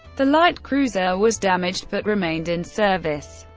the light cruiser was damaged, but remained in service.